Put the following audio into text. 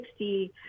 60